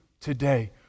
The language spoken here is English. today